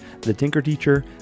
thetinkerteacher